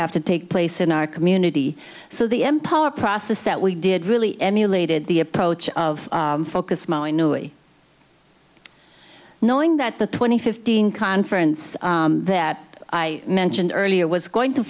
have to take place in our community so the empire process that we did really emulated the approach of focused knowing that the twenty fifteen conference that i mentioned earlier was going to